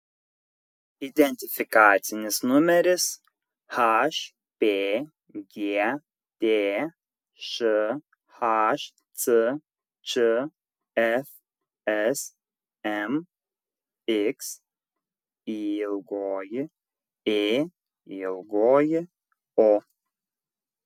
identifikacinis numeris hpgt šhcč fsmx yėyo